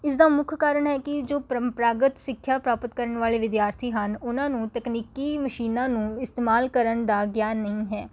ਇਸ ਦਾ ਮੁੱਖ ਕਾਰਨ ਹੈ ਕਿ ਜੋ ਪਰੰਪਰਾਗਤ ਸਿੱਖਿਆ ਪ੍ਰਾਪਤ ਕਰਨ ਵਾਲੇ ਵਿਦਿਆਰਥੀ ਹਨ ਉਹਨਾਂ ਨੂੰ ਤਕਨੀਕੀ ਮਸ਼ੀਨਾਂ ਨੂੰ ਇਸਤੇਮਾਲ ਕਰਨ ਦਾ ਗਿਆਨ ਨਹੀਂ ਹੈ